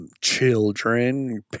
children